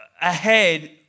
ahead